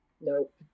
Nope